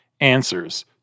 answers